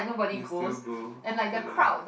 this still go to the